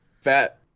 Fat